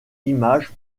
image